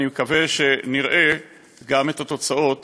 אני מקווה שנראה גם את התוצאות